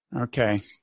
Okay